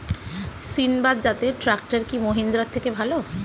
সিণবাদ জাতের ট্রাকটার কি মহিন্দ্রার থেকে ভালো?